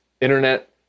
internet